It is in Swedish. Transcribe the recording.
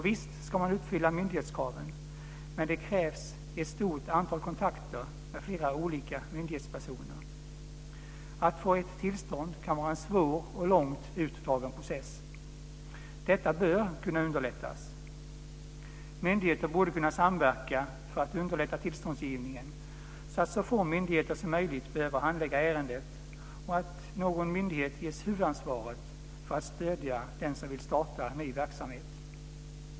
Visst ska man uppfylla myndighetskraven, men för det krävs ett stort antal kontakter med flera olika myndighetspersoner. Att få ett tillstånd kan vara en svår och långt utdragen process. Detta bör kunna underlättas. Myndigheter borde kunna samverka för att underlätta tillståndsgivningen så att så få myndigheter som möjligt behöver handlägga ärendet och någon myndighet ges huvudansvaret för att stödja den som vill starta verksamhet.